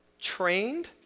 trained